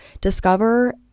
Discover